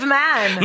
man